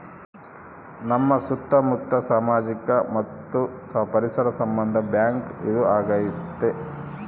ನಮ್ ಸುತ್ತ ಮುತ್ತ ಸಾಮಾಜಿಕ ಮತ್ತು ಪರಿಸರ ಸಂಬಂಧ ಬ್ಯಾಂಕ್ ಇದು ಆಗೈತೆ